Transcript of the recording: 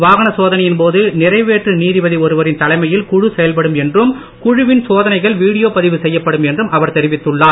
வாகன சோதனையின் போது நிறைவேற்று நீதிபதி ஒருவரின் தலைமையில் குழு செயல்படும் என்றும் குழுவின் சோதனைகள் வீடியோ பதிவு செய்யப்படும் என்றும் அவர் தெரிவித்துள்ளார்